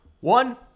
one